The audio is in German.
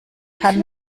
kann